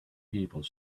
people